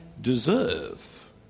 deserve